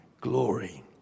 glory